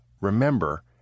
remember